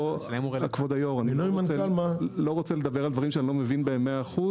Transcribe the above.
לא רוצה לדבר על דברים שאיני מבין בהם 100%